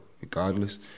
regardless